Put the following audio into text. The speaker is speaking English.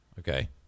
Okay